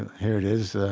here it is